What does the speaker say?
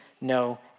no